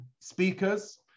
speakers